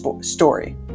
story